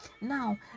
now